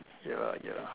ya lah ya lah